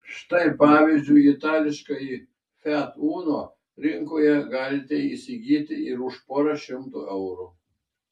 štai pavyzdžiui itališkąjį fiat uno rinkoje galite įsigyti ir už porą šimtų eurų